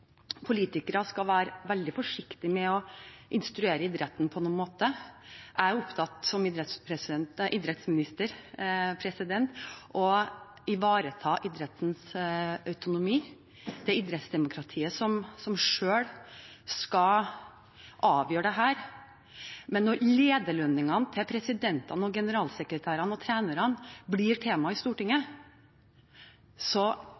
politikere skal være veldig forsiktig med å instruere idretten. Som idrettsminister er jeg opptatt av å ivareta idrettens autonomi. Det er idrettsdemokratiet som selv skal avgjøre dette. Men når lederlønningene til presidentene, generalsekretærene og trenerne blir et tema i Stortinget,